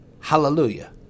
Hallelujah